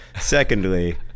Secondly